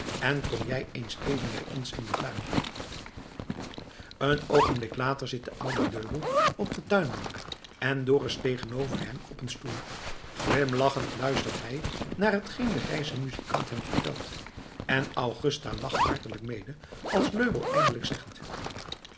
en kom jij eens even bij ons in den tuin een oogenblik later zit de oude löbell op de tuinbank en dorus tegenover hem op een stoel glimlachend luistert hij naar t geen de grijze muzikant hem vertelt en augusta lacht hartelijk mede als löbell eindelijk zegt